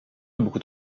beaucoup